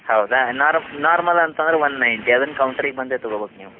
ಹೌದು ನಾರ್ಮಲ್ ಅಂತಂದರೆ one ninety ಅದನ್ನ ಕೌಂಟ್ರಿಗೆ ಬಂದೇ ತಗೋಬೇಕು ನೀವು